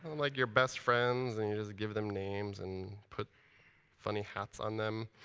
like your best friends, and you just give them names and put funny hats on them.